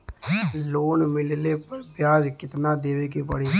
Loan मिलले पर ब्याज कितनादेवे के पड़ी?